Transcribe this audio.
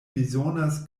bezonas